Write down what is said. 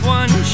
one